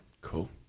Cool